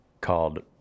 called